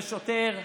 זה שוטר,